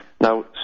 Now